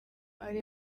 ari